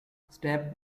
step